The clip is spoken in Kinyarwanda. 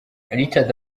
richard